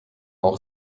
auch